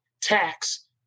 tax